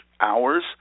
hours